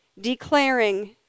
declaring